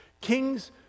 Kings